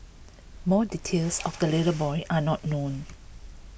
more details of the little boy are not known